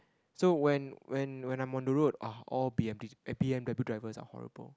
so when when when I'm on the road ah all B_M_T eh B_M_W drivers are horrible